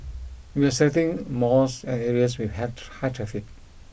we are selecting malls and areas with high high traffic